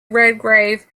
redgrave